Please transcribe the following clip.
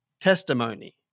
Testimony